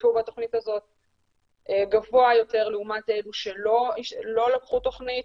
השתתפו בתוכנית הזאת גבוה יותר לעומת אלה שלא לקחו חלק בתוכנית.